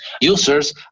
users